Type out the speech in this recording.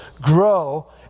Grow